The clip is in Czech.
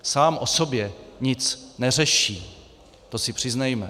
Sám o sobě nic neřeší, to si přiznejme.